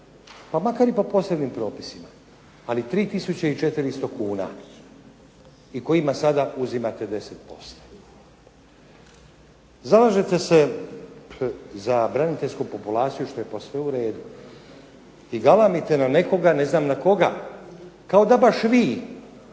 pa makar i po posebnim propisima, ali 3400 kuna i kojima sada uzimate 10%. Zalažete se za braniteljsku populaciju što je posve u redu i galamite na nekoga, ne znam na koga kao da baš vi